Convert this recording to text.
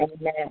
Amen